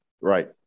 Right